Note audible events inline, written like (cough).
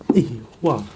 (noise) !wah!